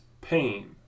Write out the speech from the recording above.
pain